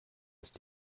ist